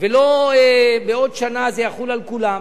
ולא בעוד שנה זה יחול על כולם